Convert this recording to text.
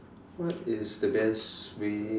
what is the best way